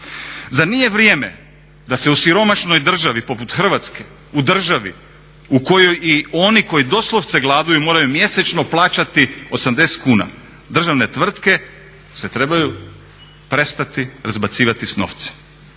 Zar nije vrijeme da se u siromašnoj državi poput Hrvatske, u državi u kojoj i oni koji doslovce gladuju moraju mjesečno plaćati 80 kuna, državne tvrtke se trebaju prestati razbacivati s novcem.